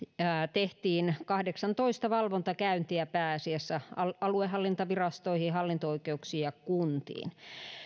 tehtiin kahdeksantoista valvontakäyntiä pääasiassa aluehallintovirastoihin hallinto oikeuksiin ja kuntiin